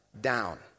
down